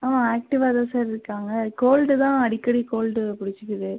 ஆக்டிவ்வாக தான் சார் இருக்காங்க கோல்டு தான் அடிக்கடி கோல்டு பிடிச்சிக்குது